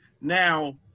Now